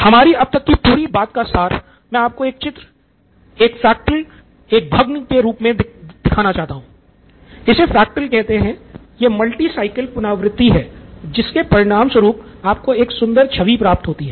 हमारी अब तक की पूरी बात का सार मैं आपको एक चित्र एक भग्न पाते है